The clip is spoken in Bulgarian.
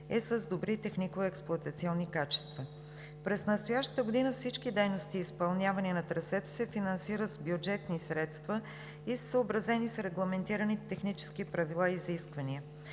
е с добри технико-експлоатационни качества. През настоящата година всички дейности, изпълнявани на трасето, се финансират с бюджетни средства и са съобразени с регламентираните технически правила и изисквания.